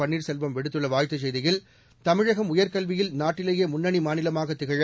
பன்னீசெல்வம் விடுத்துள்ள வாழ்த்துச் செய்தியில் தமிழகம் உயர்கல்வியில் நாட்டிலேயே முன்னணி மாநிலமாக திகழ